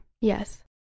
Yes